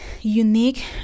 Unique